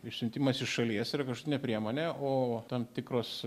išsiuntimas iš šalies yra kraštutinė priemonė o tam tikros